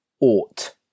ought